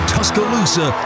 Tuscaloosa